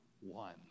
one